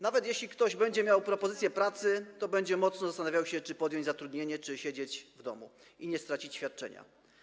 Nawet jeśli ktoś będzie miał propozycję pracy, to będzie mocno się zastanawiał, czy podjąć zatrudnienie czy siedzieć w domu i nie stracić świadczenia.